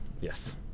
Yes